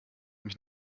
mich